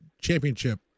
championship